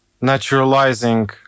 naturalizing